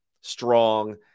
strong